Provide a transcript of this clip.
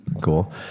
Cool